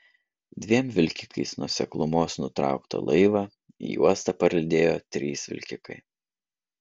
dviem vilkikais nuo seklumos nutrauktą laivą į uostą parlydėjo trys vilkikai